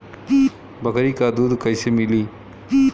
बकरी क दूध कईसे मिली?